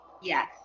Yes